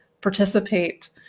participate